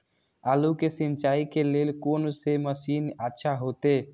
आलू के सिंचाई के लेल कोन से मशीन अच्छा होते?